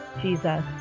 Jesus